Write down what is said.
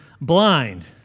blind